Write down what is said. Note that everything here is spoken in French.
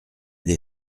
des